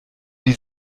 wie